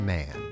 Man